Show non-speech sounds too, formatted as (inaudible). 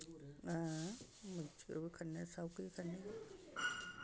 हां (unintelligible) बी खन्ने सब्भ किश खन्ने